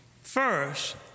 First